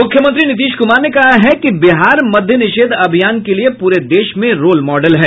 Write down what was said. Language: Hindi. मुख्यमंत्री नीतीश कुमार ने कहा है कि बिहार मद्यनिषेध अभियान के लिये पूरे देश में रोल मॉडल है